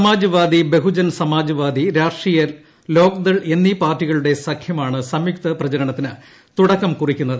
Samajwadi Bahujan Samajwadi Rashtriya Lok Dal എന്നീ പാർട്ടികളുടെ സഖ്യമാണ് സംയുക്ത പ്രചരണത്തിന് തുടക്കം കുറിക്കുന്നത്